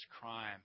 crime